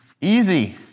Easy